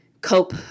cope